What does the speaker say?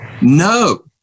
No